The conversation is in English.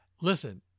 listen